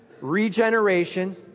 regeneration